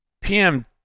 PM